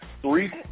three –